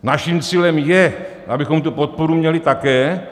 Naším cílem je, abychom tu podporu měli také.